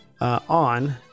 on